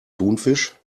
thunfisch